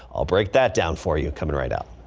i'll break that down for you coming right up.